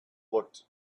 looked